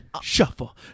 shuffle